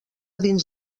dins